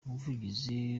umuvugizi